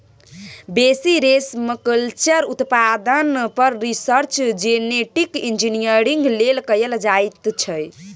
बेसी रेशमकल्चर उत्पादन पर रिसर्च जेनेटिक इंजीनियरिंग लेल कएल जाइत छै